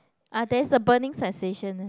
uh there is a burning sensation lah